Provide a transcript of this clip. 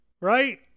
right